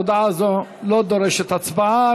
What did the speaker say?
הודעה זו לא דורשת הצבעה.